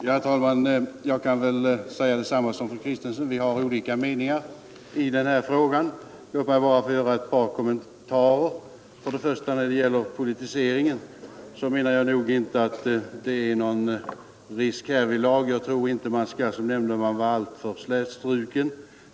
Herr talman! Jag kan säga detsamma som fru Kristensson: Vi har olika meningar i denna fråga. Låt mig bara få göra ett par kommentarer. När det gäller politiseringen anser jag att det nog inte är någon risk härvidlag. Jag tror inte att man som nämndeman skall vara alltför slätstruken.